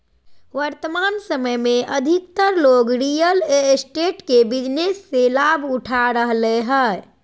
वर्तमान समय में अधिकतर लोग रियल एस्टेट के बिजनेस से लाभ उठा रहलय हइ